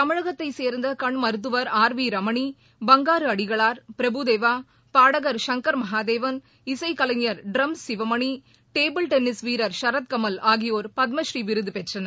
தமிழகத்தை சேர்ந்த கண் மருத்துவர் ஆர் வி ரமணி பங்காரு அடிகளார் பிரபுதேவா பாடகர் சங்கர் மகாதேவன் இசைக் கலைஞர் ட்ரம்ஸ் சிவமணி டேபிள் டென்னிஸ் வீரர் சரத்கமல் ஆகியோர் பத்மபுநீ விருது பெற்றனர்